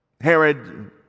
Herod